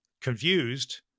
Confused